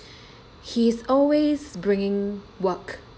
he is always bringing work